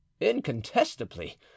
incontestably